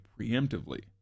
preemptively